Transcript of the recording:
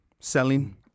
Selling